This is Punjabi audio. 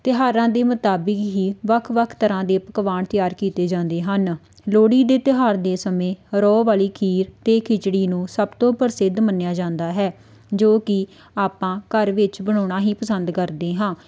ਤਿਉਹਾਰਾਂ ਦੇ ਮੁਤਾਬਿਕ ਹੀ ਵੱਖ ਵੱਖ ਤਰ੍ਹਾਂ ਦੇ ਪਕਵਾਨ ਤਿਆਰ ਕੀਤੇ ਜਾਂਦੇ ਹਨ ਲੋਹੜੀ ਦੇ ਤਿਉਹਾਰ ਦੇ ਸਮੇਂ ਰੋਹ ਵਾਲੀ ਖੀਰ ਅਤੇ ਖਿਚੜੀ ਨੂੰ ਸਭ ਤੋਂ ਪ੍ਰਸਿੱਧ ਮੰਨਿਆ ਜਾਂਦਾ ਹੈ ਜੋ ਕਿ ਆਪਾਂ ਘਰ ਵਿੱਚ ਬਣਾਉਣਾ ਹੀ ਪਸੰਦ ਕਰਦੇ ਹਾਂ